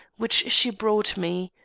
which she brought me.